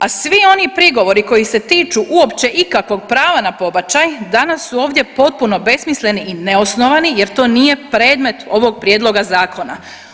A svi oni prigovori koji se tiču uopće ikakvog prava na pobačaj danas su ovdje potpuno besmisleni i neosnovani jer to nije predmet ovog prijedloga zakona.